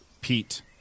Pete